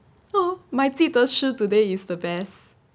oh my 记得是 today is the best